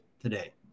today